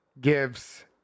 gives